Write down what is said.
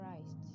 Christ